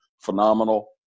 phenomenal